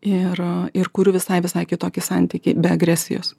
ir ir kuriu visai visai kitokį santykį be agresijos